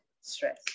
stress